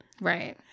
Right